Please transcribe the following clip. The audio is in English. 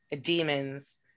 demons